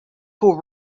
who